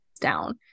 down